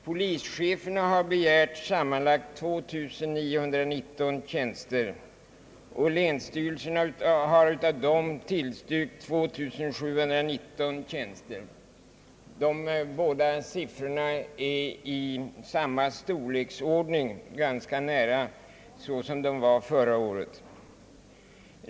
Polischeferna har begärt sammanlagt 2919 tjänster och länsstyrelserna har av dem tillstyrkt 2 719 tjänster. De båda siffrorna ligger ganska nära den storleksordning det rörde sig om förra året.